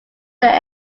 that